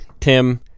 Tim